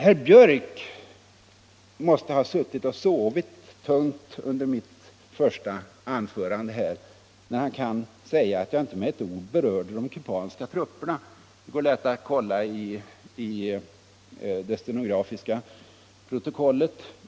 Herr Björck i Nässjö måste ha suttit och sovit tungt under mitt första anförande när han kan säga att jag inte med ett ord nämnde de kubanska trupperna. Det går lätt att kontrollera i det stenografiska protokollet.